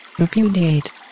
Repudiate